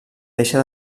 deixa